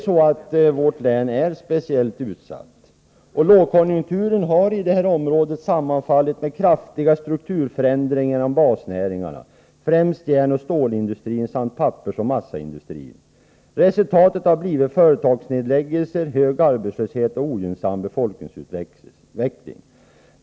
Gävleborgs län är ett speciellt utsatt län. Lågkonjunkturen har där sammanfallit med kraftiga strukturförändringar inom basnäringarna, främst järnoch stålindustrin samt pappersoch massaindustrin. Resultatet har blivit företagsnedläggelser, hög arbetslöshet och ogynnsam befolkningsutveckling.